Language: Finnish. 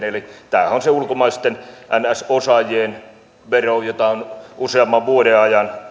eli tämä on se ulkomaisten niin sanottu osaajien vero jota on useamman vuoden ajan